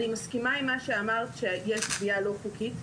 אני מסכימה עם מה שאמרת, שיש גבייה לא חוקית.